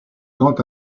quant